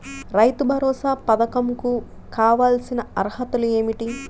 రైతు భరోసా పధకం కు కావాల్సిన అర్హతలు ఏమిటి?